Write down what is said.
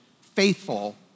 faithful